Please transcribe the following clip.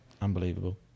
Unbelievable